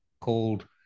called